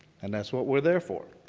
and that's what we're there for.